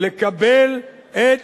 לקבל את